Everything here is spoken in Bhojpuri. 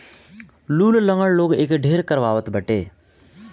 लूल, लंगड़ लोग एके ढेर करवावत बाटे